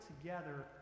together